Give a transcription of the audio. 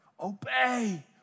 obey